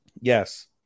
Yes